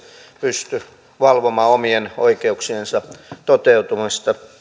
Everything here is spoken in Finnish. pysty valvomaan omien oikeuksiensa toteutumista